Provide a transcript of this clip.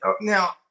now